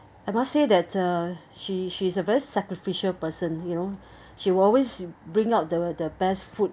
I must say that uh she she's a very sacrificial person you know she will always bring out the the best food